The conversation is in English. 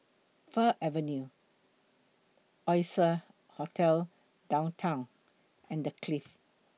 Fir Avenue Oasia Hotel Downtown and The Clift